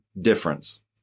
difference